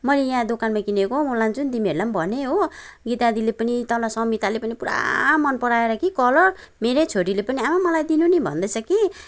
मैले यहाँ दोकनमा किनेको म लान्छु नि तिमीहरूलाई पनि भने हो गीता दिदीले पनि तल समिताले पनि पुरा मन पराएर कि कलर मेरै छोरीले पनि मलाई आमा मलाई दिनु नि भन्दैछ कि